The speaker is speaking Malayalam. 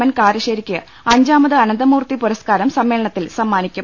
എൻ കാരശ്ശേരിക്ക് അഞ്ചാമത് അനന്തമൂർത്തി പുരസ്കാരം സമ്മേളനത്തിൽ സമ്മാനിക്കും